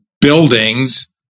buildings